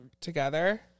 together